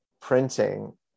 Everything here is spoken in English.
printing